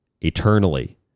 eternally